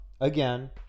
again